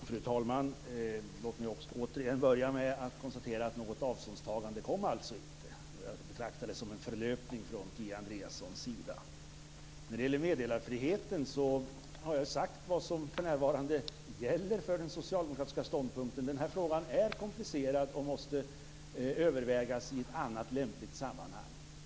Fru talman! Låt mig återigen börja med att konstatera att det inte kom något avståndstagande. Det betraktar jag som en förlöpning från Kia Andreassons sida. När det gäller meddelarfriheten har jag sagt vad som för närvarande gäller som socialdemokratisk ståndpunkt. Denna fråga är komplicerad, och den måste övervägas i ett annat lämpligt sammanhang.